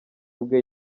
bwe